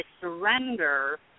surrender